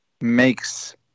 makes